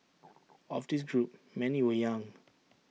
of this group many were young